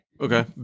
okay